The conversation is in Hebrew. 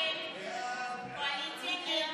ההסתייגות (10) של קבוצת סיעת ישראל ביתנו וקבוצת סיעת